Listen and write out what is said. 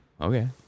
Okay